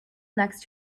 next